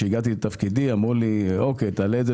כשהגעתי לתפקידי אמרו לי תעלה את זה